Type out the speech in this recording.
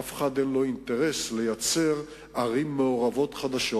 אף אחד אין לו אינטרס לייצר ערים מעורבות חדשות.